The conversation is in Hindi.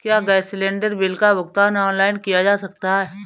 क्या गैस सिलेंडर बिल का भुगतान ऑनलाइन किया जा सकता है?